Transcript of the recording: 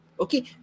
okay